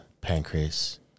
pancreas